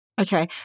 okay